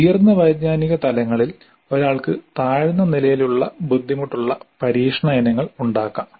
ഉയർന്ന വൈജ്ഞാനിക തലങ്ങളിൽ ഒരാൾക്ക് താഴ്ന്ന നിലയിലുള്ള ബുദ്ധിമുട്ടുള്ള പരീക്ഷണ ഇനങ്ങൾ ഉണ്ടാകാം